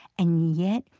and yet,